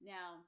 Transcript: Now